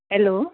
hello